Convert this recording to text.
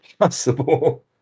possible